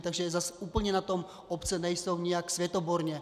Takže zas úplně na tom obce nejsou nijak světoborně.